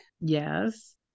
Yes